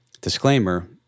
disclaimer